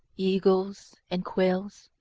eagles, and quails,